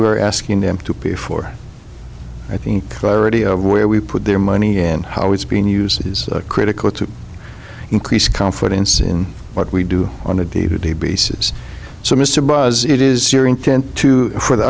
we're asking them to pay for i think clarity of where we put their money and how it's being used is critical to increase confidence in what we do on a day to day basis so mr buzz it is your intent to for the